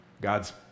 God's